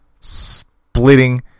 Splitting